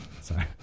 Sorry